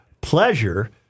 pleasure